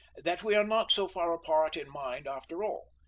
that we are not so far apart in mind after all.